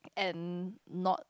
and not